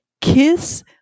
kiss